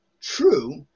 true